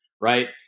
right